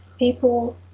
People